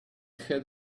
had